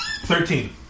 Thirteen